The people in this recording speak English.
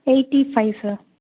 eighty five sir